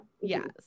yes